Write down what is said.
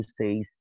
says